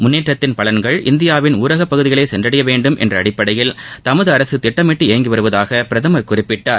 முன்னேற்றத்தின் பலன்கள் இந்தியாவின் ஊரகப்பகுதிகளை சென்றடைய வேண்டுமென்ற அடிப்படையில் தமது அரசு திட்டமிட்டு இயங்கி வருவதாக பிரதம் குறிப்பிட்டார்